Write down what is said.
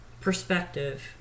perspective